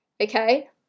Okay